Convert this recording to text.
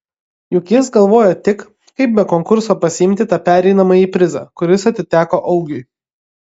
juk jis galvojo tik kaip be konkurso pasiimti tą pereinamąjį prizą kuris atiteko augiui